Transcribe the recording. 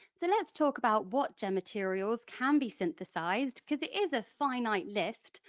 so let's talk about what gem materials can be synthesised because it is a finite list,